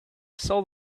saw